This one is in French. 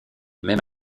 même